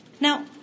Now